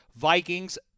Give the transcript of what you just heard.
Vikings